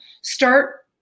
start